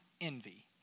envy